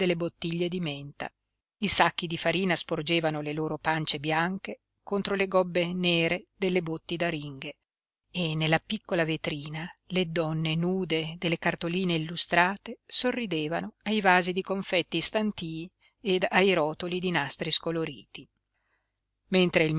delle bottiglie di menta i sacchi di farina sporgevano le loro pance bianche contro le gobbe nere delle botti d'aringhe e nella piccola vetrina le donne nude delle cartoline illustrate sorridevano ai vasi di confetti stantii ed ai rotoli di nastri scoloriti mentre